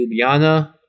Ljubljana